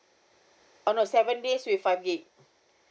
[oh0 no seven days with five gig